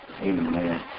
Amen